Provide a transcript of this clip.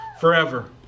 forever